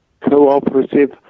cooperative